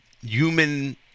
human